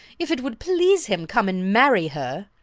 if it would please him come and marry her